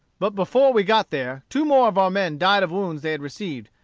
but before we got there, two more of our men died of wounds they had received,